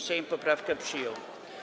Sejm poprawkę przyjął.